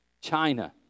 China